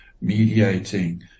mediating